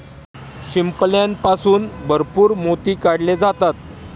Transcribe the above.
शिंपल्यापासून भरपूर मोती काढले जातात